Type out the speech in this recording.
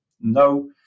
No